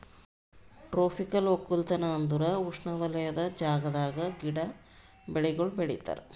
tropical ಒಕ್ಕಲತನ ಅಂದುರ್ ಉಷ್ಣವಲಯದ ಜಾಗದಾಗ್ ಗಿಡ, ಬೆಳಿಗೊಳ್ ಬೆಳಿತಾರ್